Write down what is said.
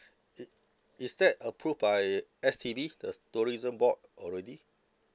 it is that approved by S_T_B the tourism board already